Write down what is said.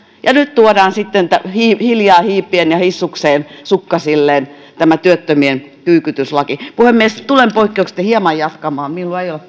ja nyt tuodaan sitten hiljaa hiipien ja hissukseen sukkasillaan tämä työttömien kyykytyslaki puhemies tulen poikkeuksellisesti hieman jatkamaan minulla ei ole